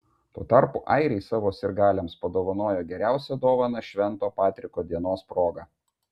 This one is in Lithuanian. tuo tarpu airiai savo sirgaliams padovanojo geriausią dovaną švento patriko dienos proga